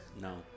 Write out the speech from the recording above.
no